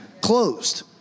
closed